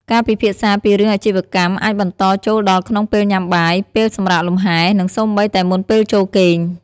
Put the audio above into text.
ការពិភាក្សាពីរឿងអាជីវកម្មអាចបន្តចូលដល់ក្នុងពេលញ៉ាំបាយ ពេលសម្រាកលំហែ និងសូម្បីតែមុនពេលចូលគេង។